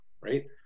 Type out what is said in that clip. right